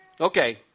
Okay